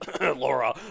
Laura